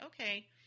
okay